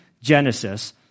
Genesis